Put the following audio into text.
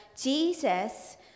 Jesus